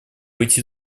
быть